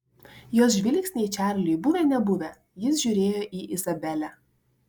jos žvilgsniai čarliui buvę nebuvę jis žiūrėjo į izabelę